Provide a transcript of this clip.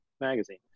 magazine